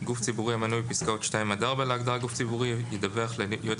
גוף ציבורי המנוי בפסקאות (2) עד (4) להגדרה "גוף ציבורי" ידווח ליועץ